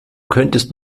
könntest